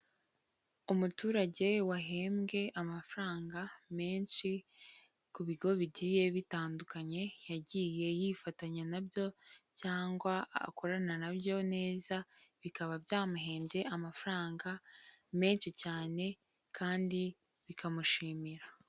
Umuturage wahembwe amafaranga menshi ku bigo bigiye bitandukanye, yagiye yifatanya na byo cyangwa akorana na byo neza, bikaba byamuhembye amafaranga menshi cyane kandi bikamushimira.